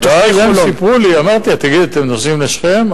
ואז הם סיפרו לי, אמרתי: תגידו, אתם נוסעים לשכם?